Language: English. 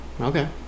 Okay